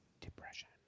Depression